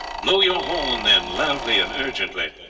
blow your horn, then, loudly and urgently.